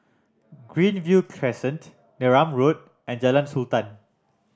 Greenview Crescent Neram Road and Jalan Sultan